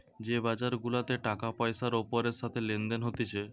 যে বাজার গুলাতে টাকা পয়সার ওপরের সাথে লেনদেন হতিছে